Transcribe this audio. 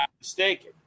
mistaken